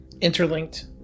Interlinked